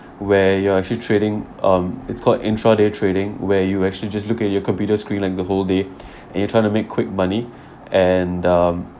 where you're actually trading um it's called intraday trading where you actually just look at your computer screen like the whole day and you try to make quick money and um